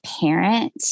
parent